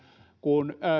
kun